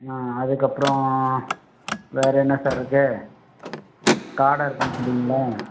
ஆ அதுக்கப்றம் வேறு என்ன சார் இருக்குது காடை இருக்குதுனு சொன்னீங்களா